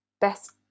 best